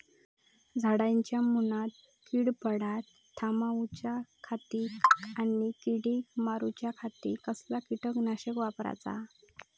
झाडांच्या मूनात कीड पडाप थामाउच्या खाती आणि किडीक मारूच्याखाती कसला किटकनाशक वापराचा?